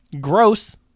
gross